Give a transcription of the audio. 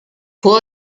può